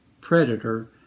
predator